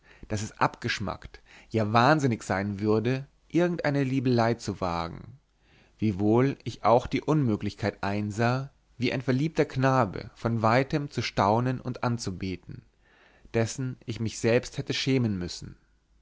daß es abgeschmackt ja wahnsinnig sein würde irgendeine liebelei zu wagen wiewohl ich auch die unmöglichkeit einsah wie ein verliebter knabe von weitem zu staunen und anzubeten dessen ich mich selbst hätte schämen müssen